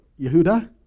Yehuda